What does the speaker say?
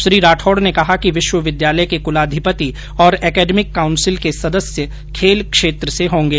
श्री राठौड़ ने कहा कि विश्वविद्यालय के कुलाधिपति और एकेडेमिक काउंसिल के सदस्य खेल क्षेत्र से होंगे